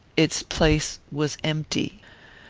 its place was empty.